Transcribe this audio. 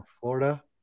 Florida